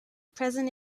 present